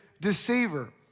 Deceiver